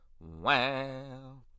Wow